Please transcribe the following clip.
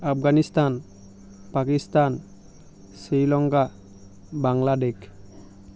Afghanistan Pakistan Sri Lanka Bangladesh